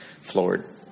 floored